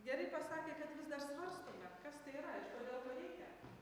gerai pasakė kad vis dar svarstome kas tai yra ir kodėl to reikia